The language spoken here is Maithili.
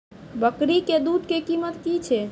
बकरी के दूध के कीमत की छै?